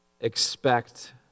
expect